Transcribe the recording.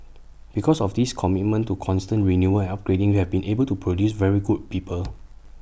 because of this commitment to constant renewal and upgrading we have been able to produce very good people